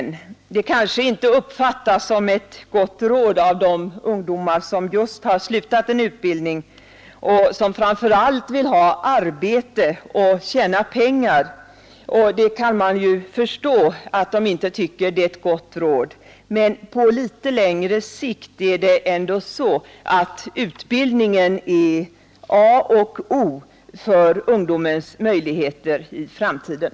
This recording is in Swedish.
Man kanske kan förstå att det inte uppfattas som ett gott råd av de ungdomar som just avslutat sin utbildning och som framför allt vill ha arbete och tjäna pengar, men på litet längre sikt är dock en utbildning A och O för ungdomens möjligheter i framtiden.